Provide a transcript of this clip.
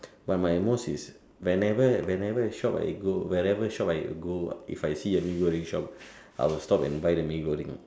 but my most is whenever whenever shop I go wherever shop I go if I see a Mee-Goreng shop I will stop and buy the Mee-Goreng